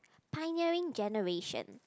pioneering generation